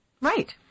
Right